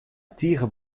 tige